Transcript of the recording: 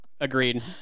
Agreed